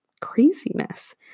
craziness